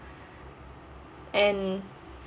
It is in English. and